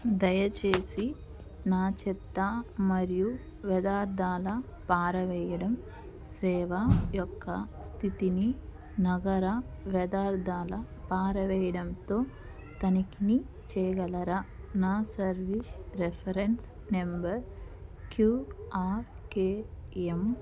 దయచేసి నా చెత్త మరియు వ్యర్థాల పారవెయ్యడం సేవ యొక్క స్థితిని నగర వ్యర్థాల పారవెయ్యడంతో తనిఖీని చేయగలరా నా సర్వీస్ రెఫరెన్స్ నెంబర్ క్యూఆర్కెఎం